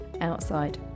outside